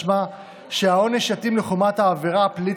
משמע שהעונש יתאים לחומרת העבירה הפלילית